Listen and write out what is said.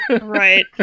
Right